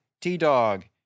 T-Dog